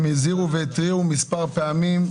הם הזהירו והתריעו מספר פעמים.